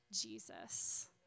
Jesus